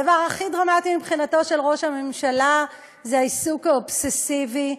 הדבר הכי דרמטי מבחינתו של ראש הממשלה זה העיסוק האובססיבי,